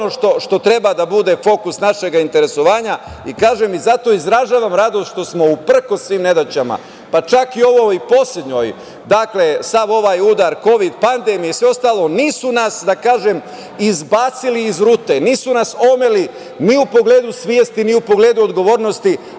što treba da bude fokus našeg interesovanja. Izražavam radost što, uprkos svim nedaćama, pa čak i ovoj poslednjoj, sav ovaj udar kovid pandemije i sve ostalo, nisu nas izbacili iz rute, nisu nas omeli, ni u pogledu svesti, ni u pogledu odgovornosti,